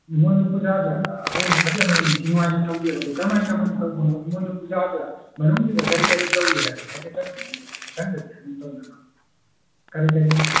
ꯏꯃꯣꯏꯅꯨ ꯄꯨꯖꯥꯗ ꯑꯩꯈꯣꯏ ꯐꯖꯅ ꯅꯤꯡꯊꯤ ꯅꯨꯡꯉꯥꯏꯅ ꯇꯧꯗꯦꯕ ꯑꯗꯨ ꯀꯃꯥꯏ ꯀꯃꯥꯏꯅ ꯇꯧꯕꯅꯣ ꯏꯃꯣꯏꯅꯨ ꯄꯨꯖꯥ ꯃꯅꯨꯡꯗꯨꯗ ꯀꯔꯤ ꯀꯔꯤ ꯇꯧꯏ ꯍꯥꯏꯕꯗꯨ ꯍꯥꯏꯐꯦꯠꯇꯪ ꯍꯥꯏꯕꯤꯔꯛꯑꯣ ꯃꯊꯥꯡꯗꯗ ꯑꯗꯨꯝ ꯇꯧꯅꯅꯕ ꯀꯔꯤ ꯀꯔꯤ